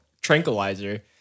tranquilizer